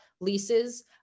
leases